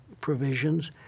provisions